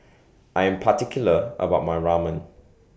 I Am particular about My Ramen